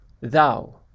thou